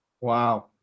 Wow